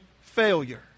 failure